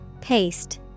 Paste